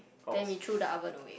then we threw the oven away